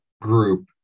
group